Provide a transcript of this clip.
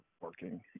working